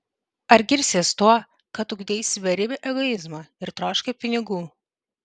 ar girsies tuo kad ugdeisi beribį egoizmą ir troškai pinigų